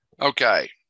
Okay